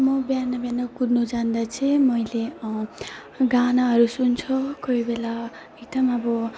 म बिहान बिहान कुद्नु जाँदा चाहिँ मैले गानाहरू सुन्छु कोही बेला एकदम अब